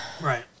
Right